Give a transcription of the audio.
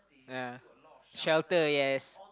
yeah shelter yes